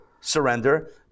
surrender